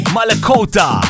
Malakota